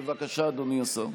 בבקשה, אדוני השר.